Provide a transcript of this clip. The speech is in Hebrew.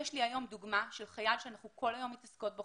יש לי היום דוגמה של חייל שאנחנו כל היום מתעסקות בו,